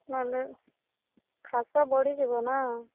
ନହେଲେ କାଶ ବଢ଼ିଯିବ ନା